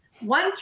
One